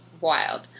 wild